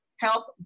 help